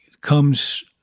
comes